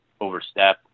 overstep